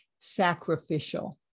sacrificial